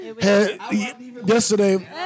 yesterday